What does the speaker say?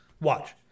Watch